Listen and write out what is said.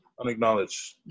Unacknowledged